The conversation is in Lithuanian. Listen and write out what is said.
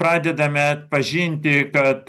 pradedame atpažinti kad